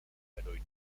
bedeutet